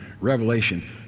Revelation